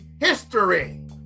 History